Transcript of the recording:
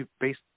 based